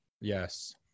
Yes